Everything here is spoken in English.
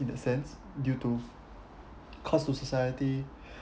in the sense due to cost to society